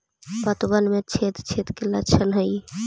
पतबन में छेद छेद के लक्षण का हइ?